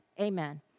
Amen